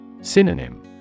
Synonym